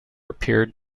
appeared